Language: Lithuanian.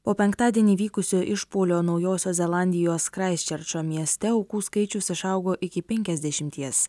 po penktadienį vykusio išpuolio naujosios zelandijos kraiščerčo mieste aukų skaičius išaugo iki penkiasdešimies